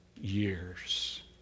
years